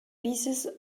pieces